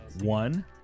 one